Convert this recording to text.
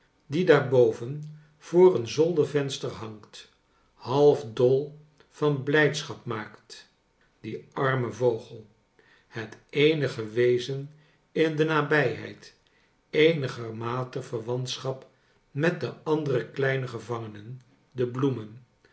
die daarboven voor een zoldervenster bangt half dol van blijdschap maakt die arme vogel het eenige wezen in de nabijheid eenigermate verwantsehapt met de andere kleine gevangenen de bloemen